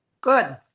Good